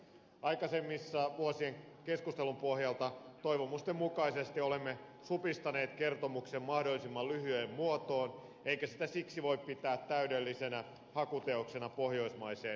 aikaisempien vuosien keskustelun pohjalta ja toivomusten mukaisesti olemme supistaneet kertomuksen mahdollisimman lyhyeen muotoon eikä sitä siksi voi pitää täydellisenä hakuteoksena pohjoismaiseen yhteistyöhön